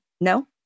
no